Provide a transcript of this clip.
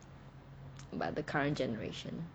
but the current generation